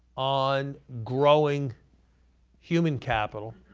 on growing human capital